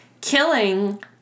killing